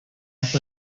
fue